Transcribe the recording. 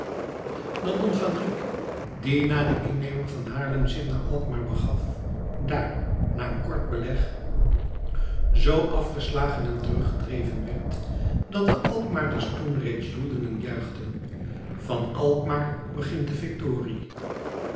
dat don fadrique die na de inneming van haarlem zich naar alkmaar begaf daar na een kort beleg z afgeslagen en teruggedreven werd dat de alkmaarders toen reeds joelden en juichten van alkmaar begint de victorie